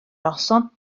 noson